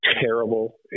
terrible